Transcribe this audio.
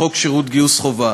חוק גיוס חובה.